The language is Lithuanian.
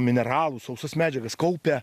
mineralų sausas medžiagas kaupia